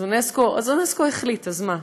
אז אונסק"ו החליט, אז מה?